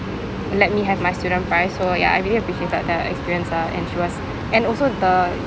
let me have my student price so ya I really appreciated the experience lah and she was and also the